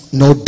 no